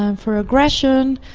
um for aggression.